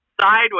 Sideways